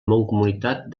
mancomunitat